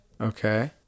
Okay